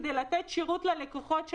כדי לתת שירות בריאותי ללקוחות שלנו,